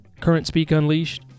CurrentSpeakUnleashed